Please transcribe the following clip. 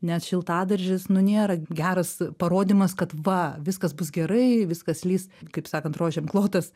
nes šiltadaržis nu nėra geras parodymas kad va viskas bus gerai viskas slys kaip sakant rožėm klotas